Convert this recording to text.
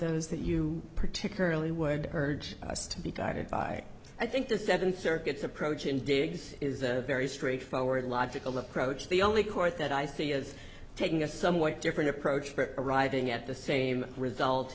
those that you particularly would urge us to be guided by i think the seven circuits approach in digs is very straightforward logical approach the only court that i see is taking a somewhat different approach arriving at the same result